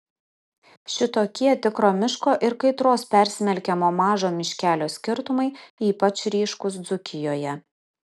šitokie tikro miško ir kaitros persmelkiamo mažo miškelio skirtumai ypač ryškūs dzūkijoje